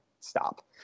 stop